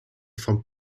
from